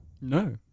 No